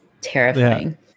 terrifying